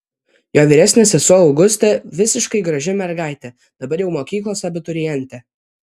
jo vyresnė sesuo augustė visiškai graži mergaitė dabar jau mokyklos abiturientė